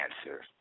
answer